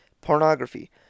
Pornography